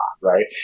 right